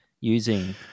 using